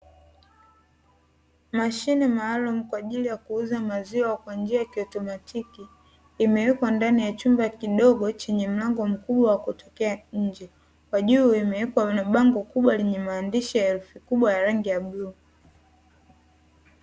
Mashine maalumu kwa ajili ya kuuza maziwa kwa njia ya kiotomatiki. Imewekwa ndani ya chumba kidogo chenye mlango mkubwa wa kutokea nje, kwa juu imewekwa bango kubwa lenye maandishi ya herufi kubwa ya bluu.